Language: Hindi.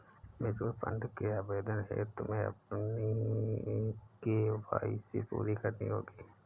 म्यूचूअल फंड के आवेदन हेतु तुम्हें अपनी के.वाई.सी पूरी करनी होगी